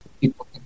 people